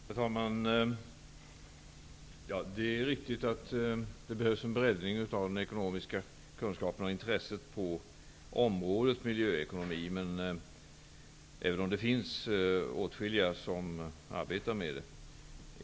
Herr talman! Det är riktigt att det behövs en breddning av de ekonomiska kunskaperna och intresset på området miljöekonomi, även om det finns åtskilliga som arbetar med det.